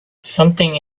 something